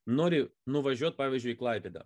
nori nuvažiuot pavyzdžiui į klaipėdą